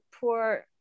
poor